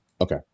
Okay